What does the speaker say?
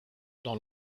dans